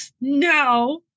no